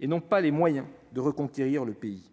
et n'ont pas les moyens de reconquérir le pays.